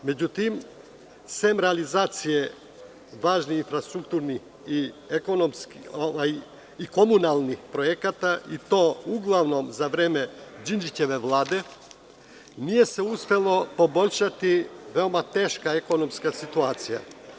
Međutim, sem realizacije važnih infrastrukturnih i komunalnih projekata i to uglavnom za vreme Đinđićeve vlade, nije se uspelo poboljšati veoma teška ekonomska situacija.